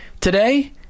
today